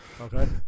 Okay